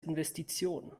investition